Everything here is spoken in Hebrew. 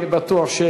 ואני בטוח,